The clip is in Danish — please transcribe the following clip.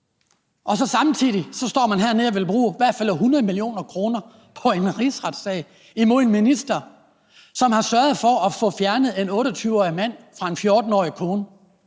og samtidig står man hernede og vil bruge i hvert fald 100 mio. kr. på en rigsretssag imod en minister, som har sørget for at få fjernet en 28-årig mand fra sin 14-årige kone.